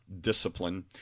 discipline